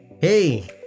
Hey